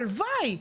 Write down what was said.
הלוואי.